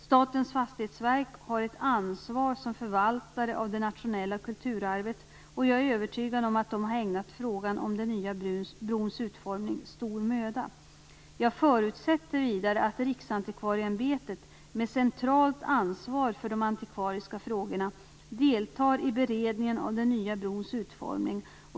Statens fastighetsverk har ett ansvar som förvaltare av det nationella kulturarvet. Jag är övertygad om att man har ägnat frågan om den nya brons utformning stor möda. Jag förutsätter vidare att Riksantikvarieämbetet med centralt ansvar för de antikvariska frågorna deltar i beredningen av den nya brons utformning.